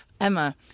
Emma